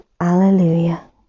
alleluia